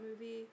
movie